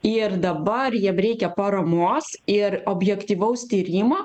ir dabar jiem reikia paramos ir objektyvaus tyrimo